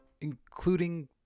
Including